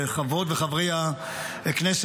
חברות וחברי הכנסת,